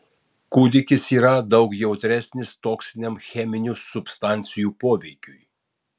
kūdikis yra daug jautresnis toksiniam cheminių substancijų poveikiui